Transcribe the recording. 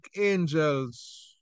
angels